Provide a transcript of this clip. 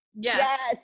Yes